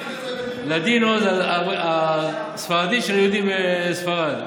לדינו זה הספרדית של היהודים בספרד,